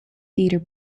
theatre